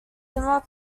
similar